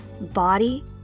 body